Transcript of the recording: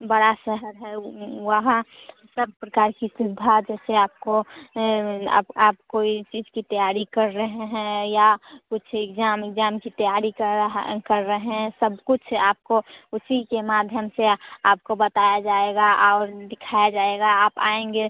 बड़ा शहर है वहाँ सब प्रकार की सुविधा जैसे आपको अब आप कोई चीज़ की तैयारी कर रहे हैं या कुछ इक्जाम ओक्जाम की तैयारी कर कर रहे हैं सब कुछ आपको उसी के माध्यम से आपको बताया जाएगा और दिखाया जाएगा आप आएंगे